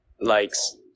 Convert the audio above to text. Likes